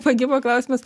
pakibo klausimas